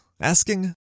asking